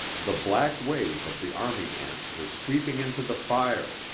the black wave of the army ants was sweeping into the fire,